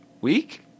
Week